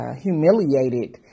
humiliated